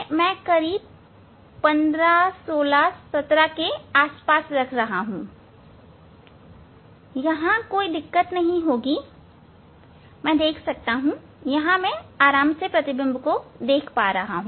मैं इसे लगभग 15 16 17 के आस पास रख रहा हूं यहां कोई दिक्कत नहीं है मैं देख सकता हूं मैं प्रतिबिंब को देख सकता हूं